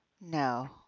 No